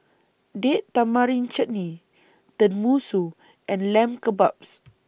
Date Tamarind Chutney Tenmusu and Lamb Kebabs